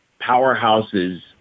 powerhouses